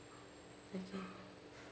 okay